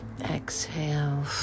Exhale